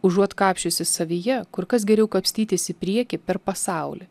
užuot kapsčiusis savyje kur kas geriau kapstytis į priekį per pasaulį